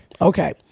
Okay